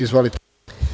Izvolite.